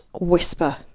whisper